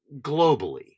globally